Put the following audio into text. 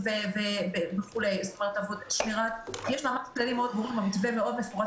שייגמר הקורונה ולא נצטרך,